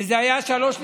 וזה היה ב-03:00.